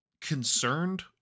concerned